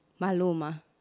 Maluma